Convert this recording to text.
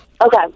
Okay